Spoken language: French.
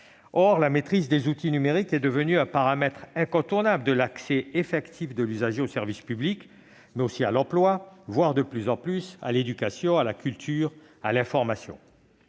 Or la maîtrise de ces outils est devenue un paramètre incontournable pour l'accès effectif de l'usager non seulement au service public, mais aussi à l'emploi, voire, de plus en plus, à l'éducation, à la culture ou à l'information.